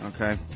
Okay